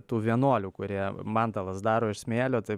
tų vienuolių kurie mandalas daro iš smėlio tai